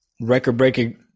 Record-breaking